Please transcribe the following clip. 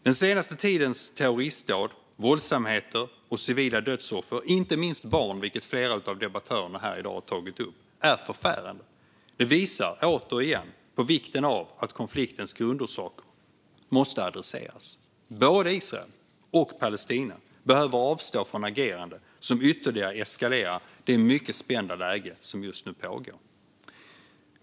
Den senaste tidens terroristdåd, våldsamheter och civila dödsoffer, inte minst barn, vilket flera av debattörerna i dag har tagit upp, är förfärande. Det visar återigen på vikten av att konfliktens grundorsaker måste adresseras. Både Israel och Palestina behöver avstå från agerande som ytterligare eskalerar det mycket spända läge som just nu pågår.